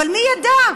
אבל מי ידע?